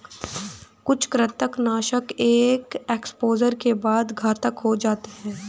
कुछ कृंतकनाशक एक एक्सपोजर के बाद घातक हो जाते है